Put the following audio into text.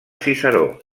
ciceró